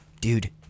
Dude